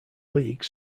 league